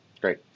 Great